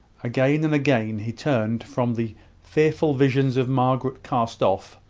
again and again he turned from the fearful visions of margaret cast off,